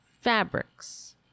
fabrics